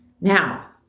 Now